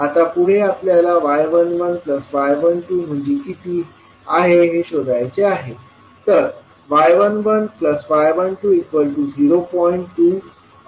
आता पुढे आपल्याला y11y12 म्हणजे किती आहे हे शोधायचे आहे तर y11y12 0